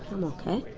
i'm ok.